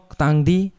tangdi